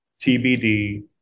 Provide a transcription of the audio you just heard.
TBD